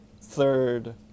third